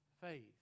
faith